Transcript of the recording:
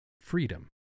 freedom